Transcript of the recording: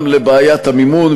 גם לבעיית המימון,